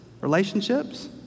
relationships